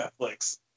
Netflix